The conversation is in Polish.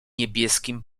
niebieskim